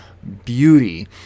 beauty